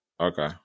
Okay